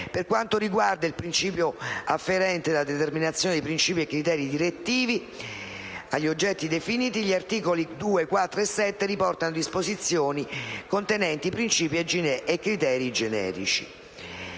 Per quanto concerne il principio afferente alla «determinazione di principi e criteri direttivi relativi ad oggetti definiti» gli articoli 2, 4 e 7 riportano disposizioni contenenti principi e criteri generici.